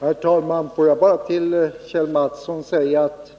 Herr talman! Jag vill bara till Kjell Mattsson säga att